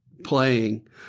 Playing